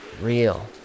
real